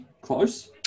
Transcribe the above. Close